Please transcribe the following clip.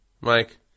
Mike